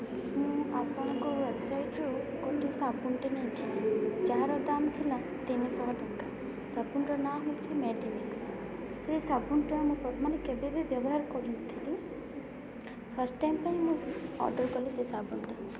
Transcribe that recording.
ମୁଁ ଆପଣଙ୍କ ୱେବସାଇଟ୍ରୁ ଗୋଟେ ସାବୁନ୍ଟେ ନେଇଥିଲି ଯାହାର ଦାମ୍ ଥିଲା ତିନିଶହ ଟଙ୍କା ସାବୁନ୍ର ନାଁ ହେଉଛି ମେଡ଼ିମିକ୍ସ ସେ ସାବୁନ୍ଟା ମୁଁ ମାନେ କେବେବି ବ୍ୟବହାର କରିନଥିଲି ଫାଷ୍ଟ୍ ଟାଇମ୍ ପାଇଁ ମୁଁ ଅର୍ଡ଼ର୍ କଲି ସେ ସାବୁନ୍ଟା